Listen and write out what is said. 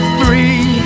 three